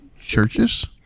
churches